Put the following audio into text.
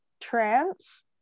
trance